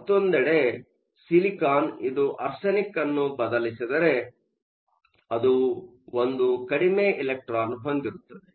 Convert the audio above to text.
ಮತ್ತೊಂದೆಡೆ ಸಿಲಿಕಾನ್ ಇದು ಆರ್ಸೆನಿಕ್ ಅನ್ನು ಬದಲಿಸಿದರೆ ಅದು ಒಂದು ಕಡಿಮೆ ಎಲೆಕ್ಟ್ರಾನ್ ಅನ್ನು ಹೊಂದಿರುತ್ತದೆ